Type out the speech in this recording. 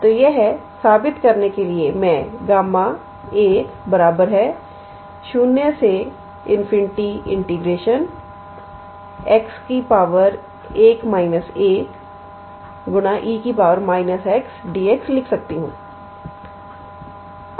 तो यह साबित करने के लिए मैं Γ 0∞ 𝑥 1−1𝑒 −𝑥𝑑𝑥 लिख सकती हूं